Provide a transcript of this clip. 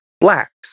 Blacks